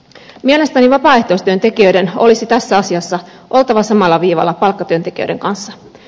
mielestäni vapaaehtoistyöntekijöiden olisi tässä asiassa oltava samalla viivalla palkkatyöntekijöiden kanssa